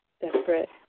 desperate